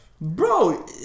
Bro